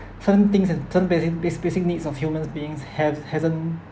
certain things and certain basic bas~ basic needs of humans beings have hasn't